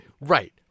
Right